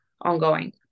ongoing